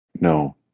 No